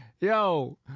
yo